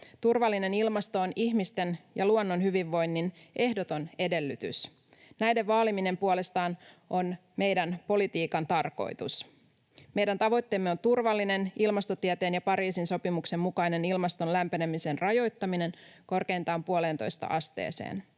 Turvallinen ilmasto on ihmisten ja luonnon hyvinvoinnin ehdoton edellytys. Näiden vaaliminen on puolestaan meidän politiikkamme tarkoitus. Meidän tavoitteemme on turvallinen ilmastotieteen ja Pariisin sopimuksen mukainen ilmaston lämpenemisen rajoittaminen korkeintaan puoleentoista asteeseen.